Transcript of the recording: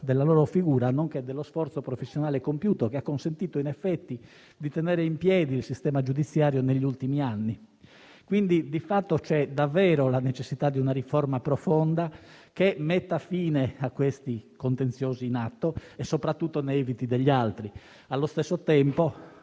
della loro figura, nonché dello sforzo professionale compiuto, che ha consentito in effetti di tenere in piedi il sistema giudiziario negli ultimi anni. Quindi, di fatto c'è davvero la necessità di una riforma profonda, che metta fine ai contenziosi in atto e soprattutto ne eviti degli altri e, allo stesso tempo,